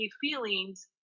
feelings